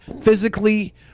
physically